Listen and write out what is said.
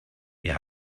wir